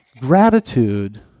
Gratitude